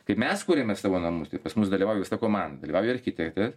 kaip mes kuriame savo namus tai pas mus dalyvauja visa komanda dalyvauja architektas